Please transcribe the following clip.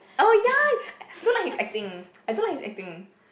oh ya don't like his acting I don't like his acting